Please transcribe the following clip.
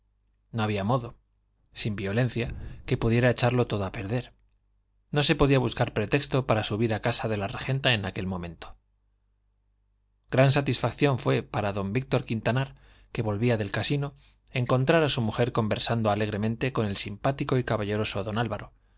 no había modo sin violencia que podía echarlo todo a perder no se podía buscar pretexto para subir a casa de la regenta en aquel momento gran satisfacción fue para don víctor quintanar que volvía del casino encontrar a su mujer conversando alegremente con el simpático y caballeroso don álvaro